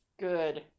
Good